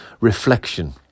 reflection